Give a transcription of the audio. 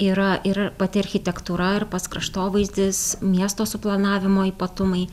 yra ir pati architektūra ar pats kraštovaizdis miesto suplanavimo ypatumai